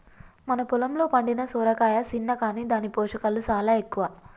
మన పొలంలో పండిన సొరకాయ సిన్న కాని దాని పోషకాలు సాలా ఎక్కువ